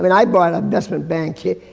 but i bought an investment banking.